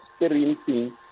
experiencing